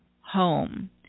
home